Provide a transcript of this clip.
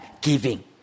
giving